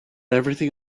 everything